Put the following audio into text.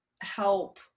help